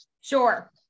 Sure